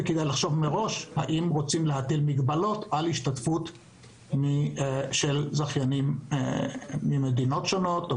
כדאי לחשוב אם רוצים להטיל מגבלות על השתתפות של זכיינים ממדינות שונות,